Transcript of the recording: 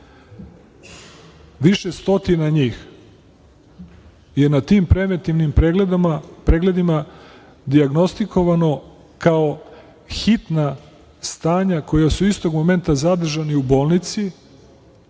Više stotina njih je na tim preventivnim pregledima dijagnostikovano kao hitna stanja, koji su istog momenta zadržani u bolnici